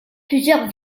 plusieurs